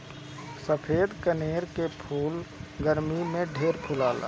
सफ़ेद कनेर के फूल गरमी में ढेर फुलाला